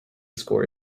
score